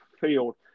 field